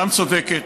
גם צודקת,